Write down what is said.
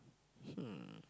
hmm